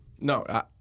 No